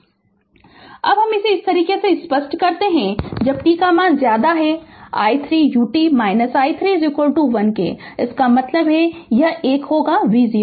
Refer Slide Time 3118 अब हम इसे इसी तरह स्पष्ट करते है जब t i 3 u t i 3 1 इसका मतलब है यह एक होगा v0